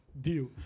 deal